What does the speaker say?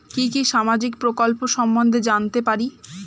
কি কি সামাজিক প্রকল্প সম্বন্ধে জানাতে পারি?